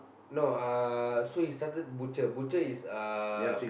no uh so he started butcher butcher is uh